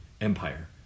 empire